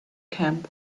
camp